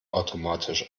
automatisch